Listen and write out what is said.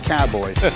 Cowboys